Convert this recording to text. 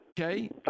Okay